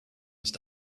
ist